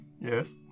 Yes